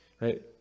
right